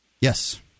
Yes